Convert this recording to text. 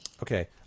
okay